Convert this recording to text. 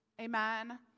amen